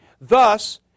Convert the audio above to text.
Thus